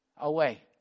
Away